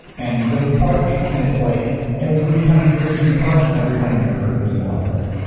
and you go to the park and it's like every kind of new yorker is in the park and every kind of new yorker is in the library.